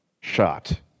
shot